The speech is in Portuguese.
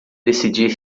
decidir